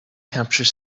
capture